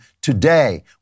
today